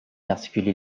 articuler